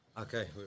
Okay